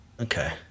Okay